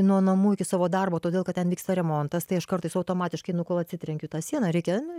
nuo namų iki savo darbo todėl kad ten vyksta remontas tai aš kartais automatiškai nu kol atsitrenkiu į tą sieną reikia nu